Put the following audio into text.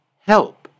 help